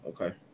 Okay